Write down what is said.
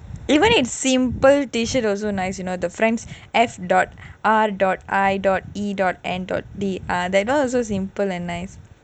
even a simple T-shirt also nice you know the friends F dot R dot I dot E dot that [one] also simple and nice